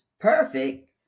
perfect